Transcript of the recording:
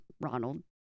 Ronald